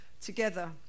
together